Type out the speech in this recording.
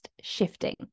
shifting